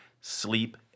sleep